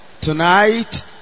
Tonight